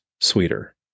sweeter